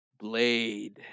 Blade